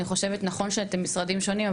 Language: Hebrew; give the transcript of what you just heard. זה נכון שאתם משרדים שונים,